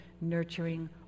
nurturing